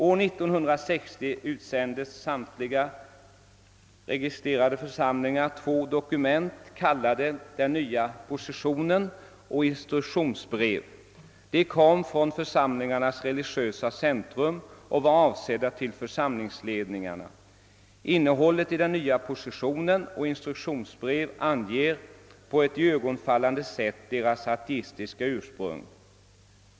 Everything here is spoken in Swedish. År 1960 tillsändes samtliga registrerade församlingarna två dokument kallade ”Den! nya positionen” och ”Instruktionsbrev'. De kom från församlingarnas religiösa centrum och var avsedda för församlingsledningarna. Innehållet i ”Den nya positionen” och ”Instruktionsbrev” anger på ett iögonfallande sätt deras ateistiska ursprung.